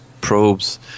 probes